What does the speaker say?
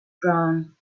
drawn